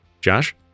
Josh